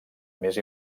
més